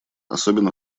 особенно